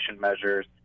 measures